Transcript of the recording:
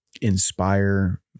inspire